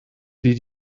did